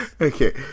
Okay